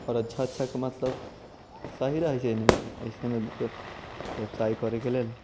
आओर अच्छा अच्छाके मतलब सही रहैत छै इसन व्यवसाय करैके लेल